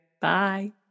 Bye